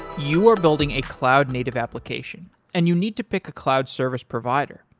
you are building a cloud-native application and you need to pick a cloud service provider.